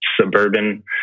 suburban